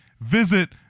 Visit